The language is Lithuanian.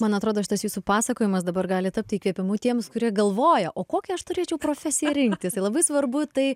man atrodo šitas jūsų pasakojimas dabar gali tapti įkvėpimu tiems kurie galvojo o kokią aš turėčiau profesiją rinktis tai labai svarbu tai